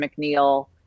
McNeil